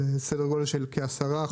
סדר גודל של כ-10%,